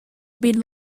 been